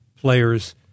players